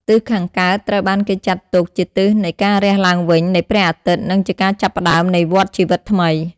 ទិសខាងកើតត្រូវបានគេចាត់ទុកជាទិសនៃការរះឡើងនៃព្រះអាទិត្យនិងជាការចាប់ផ្តើមនៃវដ្ដជីវិតថ្មី។